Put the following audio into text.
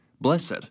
blessed